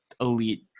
elite